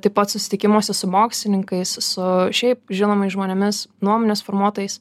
taip pat susitikimuose su mokslininkais su šiaip žinomais žmonėmis nuomonės formuotojais